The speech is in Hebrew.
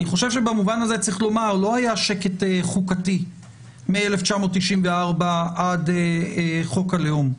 צריך לומר שלא היה שקט חוקתי מ-1994 עד חוק הלאום,